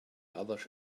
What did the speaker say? other